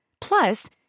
Plus